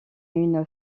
une